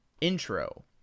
intro